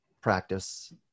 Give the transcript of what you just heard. practice